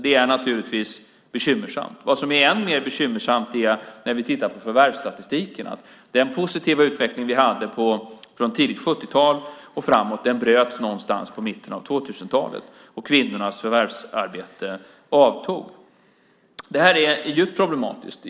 Det är naturligtvis bekymmersamt. Vad som är än mer bekymmersamt är när vi tittar på förvärvsstatistiken och ser att den positiva utveckling vi hade från tidigt 70-tal och framåt bröts någonstans i mitten på 2000-talet när kvinnornas förvärvsarbete avtog. Det är djupt problematiskt.